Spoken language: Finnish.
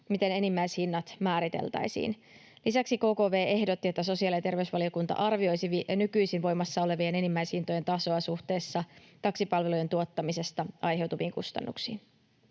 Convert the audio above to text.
miten enimmäishinnat määriteltäisiin. Lisäksi KKV ehdotti, että sosiaali- ja terveysministeriö arvioisi nykyisin voimassa olevien enimmäishintojen tasoa suhteessa taksipalvelujen tuottamisesta aiheutuviin kustannuksiin.